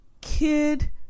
kid